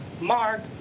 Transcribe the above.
Mark